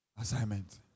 assignment